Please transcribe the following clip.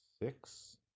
Six